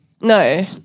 No